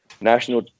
national